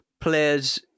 players